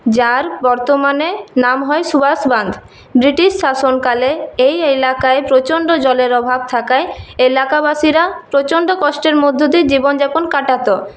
যার বর্তমানে নাম হয় সুভাষ বাঁধ ব্রিটিশ শাসনকালে এই এলাকায় প্রচণ্ড জলের অভাব থাকায় এলাকাবাসীরা প্রচণ্ড কষ্টের মধ্য দিয়ে জীবনযাপন কাটাতো